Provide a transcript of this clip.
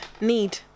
Need